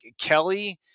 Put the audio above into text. Kelly